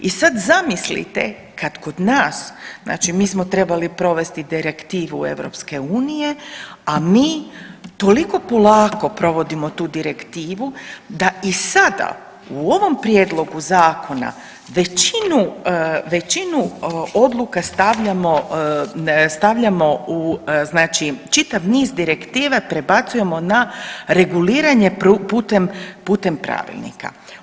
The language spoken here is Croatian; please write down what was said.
I sad zamislite kad kod nas, znači mi smo trebali provesti direktivu EU, a mi toliko polako provodimo tu direktivu da i sada u ovom prijedlogu zakona većinu, većinu odluka stavljamo, stavljamo u, znači čitav niz direktiva prebacujemo na reguliranje putem, putem pravilnika.